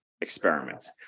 experiments